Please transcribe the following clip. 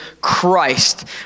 Christ